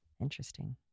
Interesting